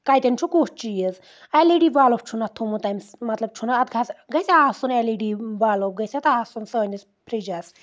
کتؠن چھُ کُس چیٖز ایل ای ڈی وَلف چھُنہٕ اَتھ تھوٚمُت تٔمِس مطلب چھُنہٕ اَتھ گژھ گژھِ آسُن ایل ای ڈی وَلو گژھِ اَتھ آسُن سٲنِس فرجَس